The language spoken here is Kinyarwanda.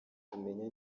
kumenya